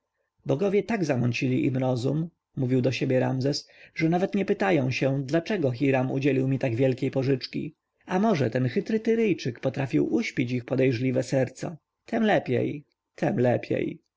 bogowie tak zamącili im rozum mówił do siebie ramzes że nawet nie pytają się dlaczego hiram udzielił mi tak wielkiej pożyczki a może ten chytry tyryjczyk potrafił uśpić ich podejrzliwe serca tem lepiej